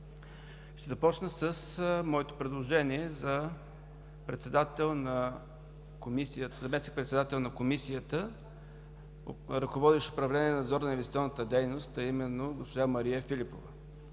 Ще започна с моето предложение за заместник-председател на Комисията, ръководещ управление „Надзор на инвестиционната дейност“, а именно госпожа Мария Филипова.